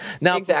now